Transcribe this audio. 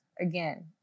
again